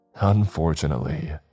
Unfortunately